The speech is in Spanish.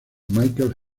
michael